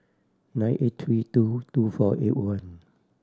nine eight three two two four eight one